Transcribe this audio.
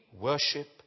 worship